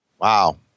Wow